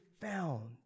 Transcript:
found